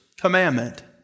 commandment